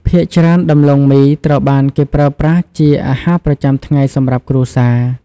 ភាគច្រើន ដំឡូងមីត្រូវបានគេប្រើប្រាស់ជាអាហារប្រចាំថ្ងៃសម្រាប់គ្រួសារ។